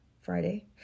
friday